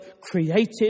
created